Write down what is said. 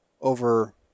Over